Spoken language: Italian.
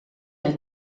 nel